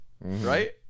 Right